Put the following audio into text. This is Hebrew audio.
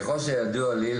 ככל שידוע לי,